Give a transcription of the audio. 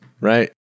right